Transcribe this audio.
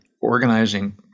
organizing